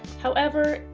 however,